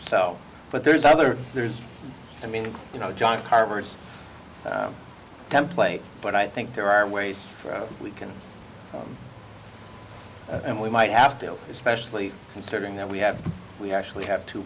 so but there's other there's i mean you know john carver's template but i think there are ways we can and we might have to especially considering that we have we actually have t